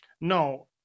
No